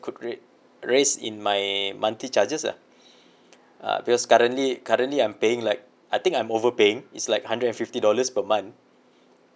could raise raise in my monthly charges lah uh because currently currently I'm paying like I think I'm overpaying is like hundred and fifty dollars per month